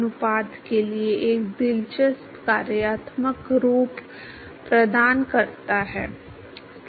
आप वास्तव में v के लिए एक और सीमा शर्त भी ला सकते हैं आप देखते हैं कि आप वास्तव में इसे प्राप्त करेंगे